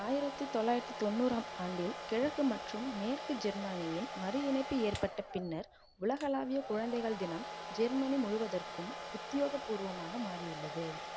ஆயிரத்து தொள்ளாயிரத்து தொண்ணூறாம் ஆண்டில் கிழக்கு மற்றும் மேற்கு ஜெர்மனியின் மறு இணைப்பு ஏற்பட்ட பின்னர் உலகளாவிய குழந்தைகள் தினம் ஜெர்மனி முழுவதற்கும் உத்தியோகபூர்வமாக மாறியுள்ளது